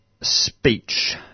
speech